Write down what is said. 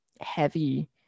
heavy